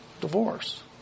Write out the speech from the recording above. divorce